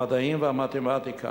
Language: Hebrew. המדעים והמתמטיקה.